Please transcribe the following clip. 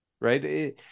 Right